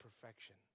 perfection